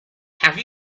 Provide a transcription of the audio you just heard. have